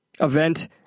event